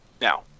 now